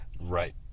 Right